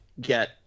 get